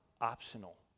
optional